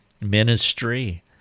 ministry